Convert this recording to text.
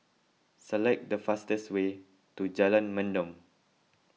select the fastest way to Jalan Mendong